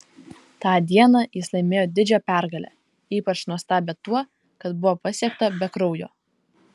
tą dieną jis laimėjo didžią pergalę ypač nuostabią tuo kad buvo pasiekta be kraujo